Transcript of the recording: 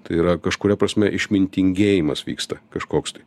tai yra kažkuria prasme išmintingėjimas vyksta kažkoks tai